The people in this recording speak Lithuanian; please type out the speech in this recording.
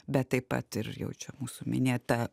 bet taip pat ir jau čia mūsų minėta